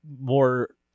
more